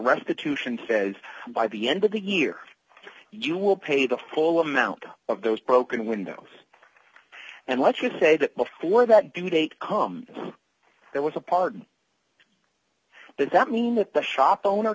restitution case by the end of the year you will pay the full amount of those broken windows and let you say that before that day come there was a part did that mean that the shop owner